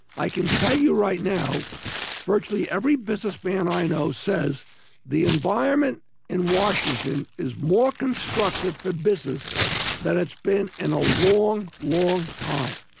i can tell you right now virtually every businessman i know says the environment in washington is more constructive to business than it's been in a long, long time.